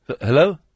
Hello